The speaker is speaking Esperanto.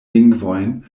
lingvojn